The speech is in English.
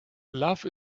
love